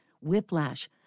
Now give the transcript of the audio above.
whiplash